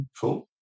cool